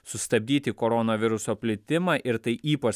sustabdyti koronaviruso plitimą ir tai ypač